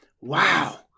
wow